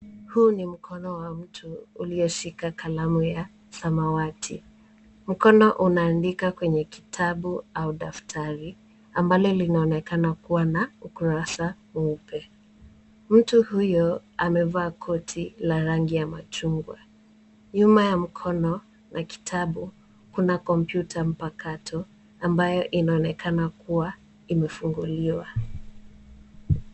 Huu ni mkono wa mtu ulioshika kalamu ya samawati. Mkono unaandika kwenye kitabu au daftari ambalo linaonekana kuwa na ukurasa mweupe. Mtu huyo amevaa koti la rangi ya machungwa. Nyuma ya mkono na kitabu kuna kompyuta mpakato ambayo inaonekana kuwa imefunguliwa.